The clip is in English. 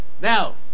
Now